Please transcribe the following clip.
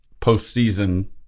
postseason